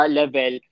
level